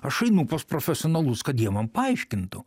aš einu pas profesionalus kad jie man paaiškintų